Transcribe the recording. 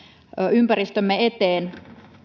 ympäristömme eteen